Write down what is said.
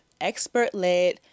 expert-led